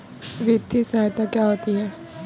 वित्तीय सहायता क्या होती है?